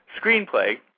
screenplay